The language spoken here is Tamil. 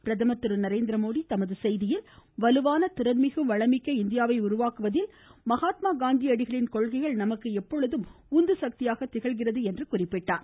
பிரதமர் திரு நரேந்திரமோடி தமது செய்தியில் வலுவான திறன்மிகு வளமிக்க இந்தியாவை உருவாக்குவதில் மகாத்மா காந்தி அடிகளின் கொள்கைகள் நமக்கு எப்பொழுதும் உந்து சக்தியாக திகழ்கிறது என்று எடுத்துரைத்தார்